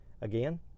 Again